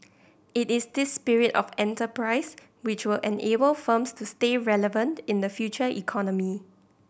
it is this spirit of enterprise which will enable firms to stay relevant in the future economy